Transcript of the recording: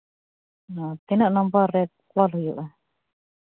ᱦᱮᱸ ᱛᱤᱱᱟᱹᱜ ᱱᱚᱢᱵᱚᱨ ᱸ ᱨᱮ ᱠᱚᱞ ᱦᱩᱭᱩᱜᱼᱟ